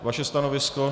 Vaše stanovisko?